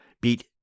beat